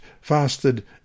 fasted